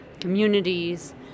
communities